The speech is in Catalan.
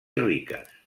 riques